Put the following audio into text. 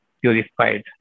purified